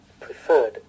preferred